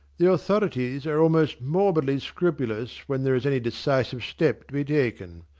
the authorities are almost morbidly scrupulous when there is any decisive step to be taken.